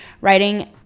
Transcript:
writing